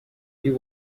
you